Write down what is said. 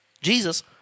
Jesus